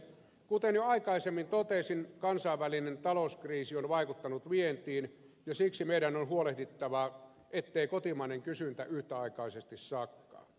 kuten jo aikaisemmin totesin kansainvälinen talouskriisi on vaikuttanut vientiin ja siksi meidän on huolehdittava ettei kotimainen kysyntä yhtäaikaisesti sakkaa